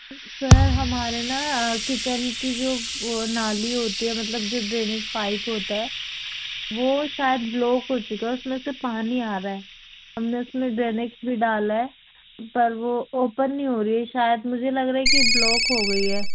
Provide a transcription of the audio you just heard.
سر ہمارے نا کچن کی جو وہ نالی ہوتی ہے مطلب جو ڈرینج پائپ ہوتا ہے وہ شاید بلاک ہو چکا ہے اس میں سے پانی آ رہا ہے ہم نے اس میں ڈرینکس بھی ڈالا ہے پر وہ اوپن نہیں ہو رہی ہے شاید مجھے لگ رہا ہے کہ بلاک ہو گئی ہے